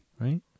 right